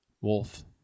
Wolf